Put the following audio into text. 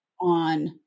on